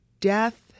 death